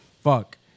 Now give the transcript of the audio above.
fuck